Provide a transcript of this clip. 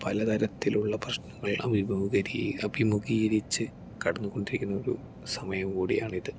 പലതരത്തിലുള്ള പ്രശ്നങ്ങൾ അഭിമുഖീകരിച്ച് കടന്നുകൊണ്ടിരിക്കുന്ന ഒരു സമയം കൂടിയാണിത്